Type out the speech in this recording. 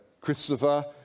Christopher